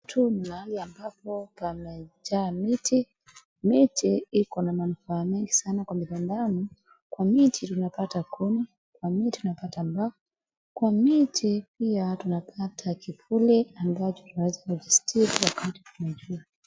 Jumla ambapo pamejaa miti. Miti iko na manufaa mengi sana kwa binadamu. Kwa miti tunapata kuni, kwa miti tunapata ubao. Kwa miti pia tunapata kivuli ambacho tunaweza kujistill wakati kunajua.